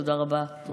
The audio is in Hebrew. תודה רבה, אדוני השר.